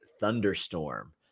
Thunderstorm